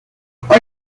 hoy